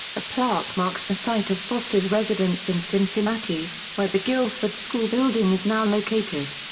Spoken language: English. a plaque marks the site of foster's residence in cincinnati, where the guilford school building is now located.